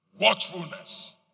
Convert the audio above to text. watchfulness